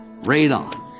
radon